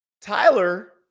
Tyler